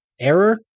error